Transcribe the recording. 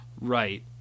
Right